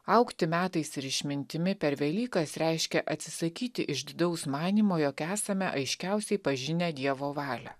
augti metais ir išmintimi per velykas reiškia atsisakyti išdidaus manymo jog esame aiškiausiai pažinę dievo valią